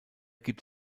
gibt